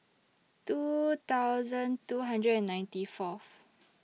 two thousand two hundred and ninety Fourth